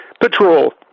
patrol